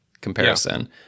comparison